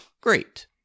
Great